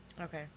Okay